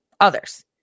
others